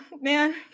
man